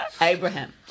Abraham